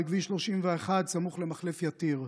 בכביש 31 סמוך למחלף יתיר.